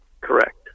correct